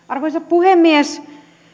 arvoisa puhemies